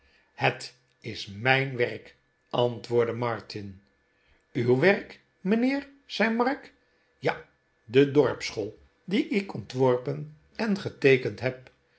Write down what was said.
het is m ij n werk antwoordde martin uw werk mijnheer zei mark ja r de dorpsschool die ik ontworpen en geteekend heb